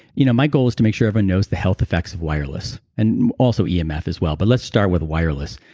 you know my goal is to make sure everyone knows the health effects of wireless and also yeah emf, as well. but, let's start with wireless.